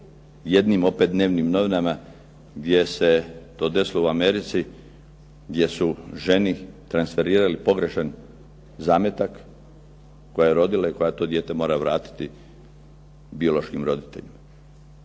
jednim opet dnevnim novinama gdje se to desilo u Americi, gdje su ženi transferirali pogrešan zametak, koja je rodila i koja to dijete mora vratiti biološkim roditeljima.